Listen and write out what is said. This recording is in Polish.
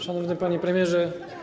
Szanowny Panie Premierze!